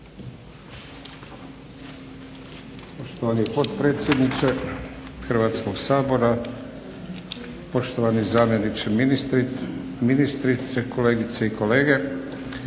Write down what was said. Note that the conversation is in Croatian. Poštovani potpredsjedniče Hrvatskog sabora, poštovani zamjeniče ministrice, kolegice i kolege.